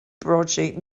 broadsheet